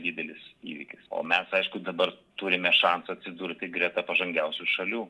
didelis įvykis o mes aišku dabar turime šansą atsidurti greta pažangiausių šalių